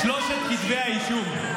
שלושת כתבי האישום.